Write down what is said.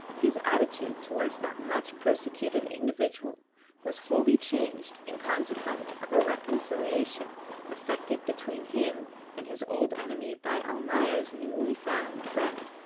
his attitude towards that much persecuted individual was wholly changed in consequence of a reconciliation effected between him and his old enemy by almayer's newly found friend,